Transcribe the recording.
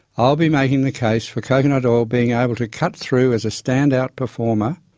i'll be making the case for coconut oil being able to cut through as a standout performer,